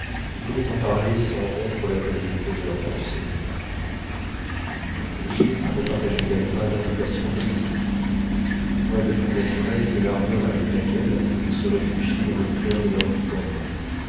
ils pouvaient en parler sans rompre la communauté de leurs pensées ginevra ne partageait elle pas leurs passions politiques quoi de plus naturel que l'ardeur avec laquelle ils se réfugiaient dans le coeur de leur unique enfant